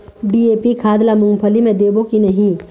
DAP खाद ला मुंगफली मे देबो की नहीं?